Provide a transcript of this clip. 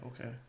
Okay